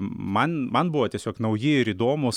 man man buvo tiesiog nauji ir įdomūs